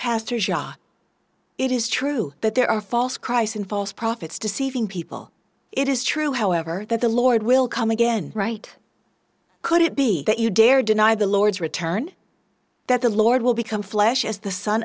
pastors ya it is true that there are false christ in false prophets deceiving people it is true however that the lord will come again right could it be that you dare deny the lord's return that the lord will become flesh as the son